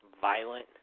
violent